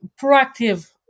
proactive